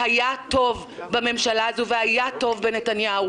והיה טוב בממשלה הזו והיה טוב בנתניהו